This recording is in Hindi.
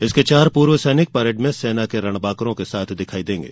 इसके चार पूर्व सैनिक परेड में सेना के रणबांकुरों के साथ दिखायी देंगे